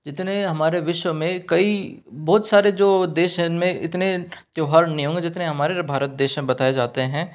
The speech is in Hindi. जितने हमारे विश्व में कई बहुत सारे जो देश हैं इनमें इतने त्यौहार नहीं होंगे जितने हमारे भारत देश में बताये जाते हैं